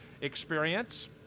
Experience